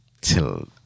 Till